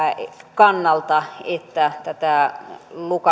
kannalta että tätä